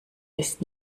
ist